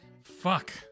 Fuck